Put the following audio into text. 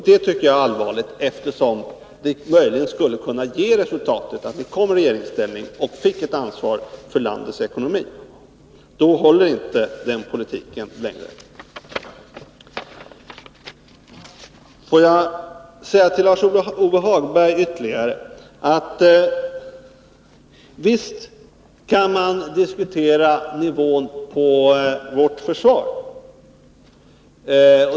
Detta tycker jag är allvarligt, eftersom det möjligen skulle kunna ge resultatet att ni kom i regeringsställning och fick ett ansvar för landets ekonomi. Då håller inte den politiken längre. Får jag till Lars-Ove Hagberg ytterligare säga att visst kan man diskutera nivån på vårt försvar.